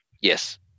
Yes